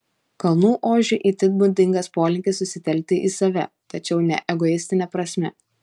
kalnų ožiui itin būdingas polinkis susitelkti į save tačiau ne egoistine prasme